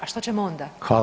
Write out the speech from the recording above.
A što ćemo onda?